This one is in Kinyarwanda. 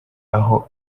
aho